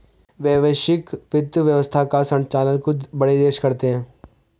वैश्विक वित्त व्यवस्था का सञ्चालन कुछ बड़े देश करते हैं